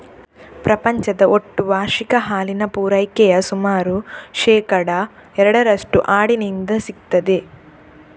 ಪ್ರಪಂಚದ ಒಟ್ಟು ವಾರ್ಷಿಕ ಹಾಲಿನ ಪೂರೈಕೆಯ ಸುಮಾರು ಶೇಕಡಾ ಎರಡರಷ್ಟು ಆಡಿನಿಂದ ಸಿಗ್ತದೆ